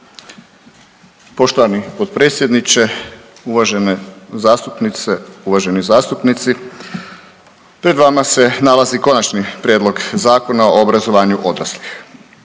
Poštovani potpredsjedniče, uvažene zastupnice, uvaženi zastupnici. Pred vama se nalazi Konačni prijedlog Zakona o obrazovanju odraslih.